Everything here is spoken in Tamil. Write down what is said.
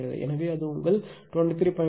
எனவே அது உங்கள் 23